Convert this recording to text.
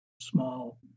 small